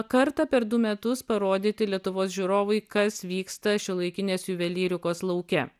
kartą per du metus parodyti lietuvos žiūrovui kas vyksta šiuolaikinės juvelyrikos lauke